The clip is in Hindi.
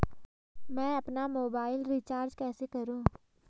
मैं अपना मोबाइल रिचार्ज कैसे करूँ?